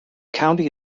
county